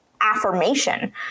affirmation